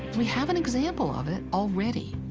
we have an example of it already.